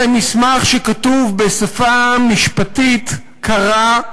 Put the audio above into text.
זה מסמך שכתוב בשפה משפטית קרה,